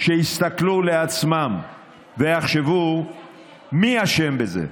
שיסתכלו בעצמם ויחשבו מי אשם בזה.